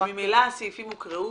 שממילא הסעיפים הוקראו,